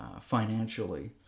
financially